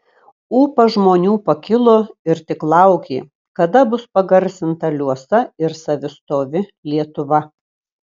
ūpas žmonių pakilo ir tik laukė kada bus pagarsinta liuosa ir savistovi lietuva